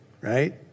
right